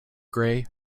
grey